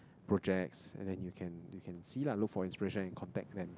projects and then you can you can see lah look for inspiration and contact them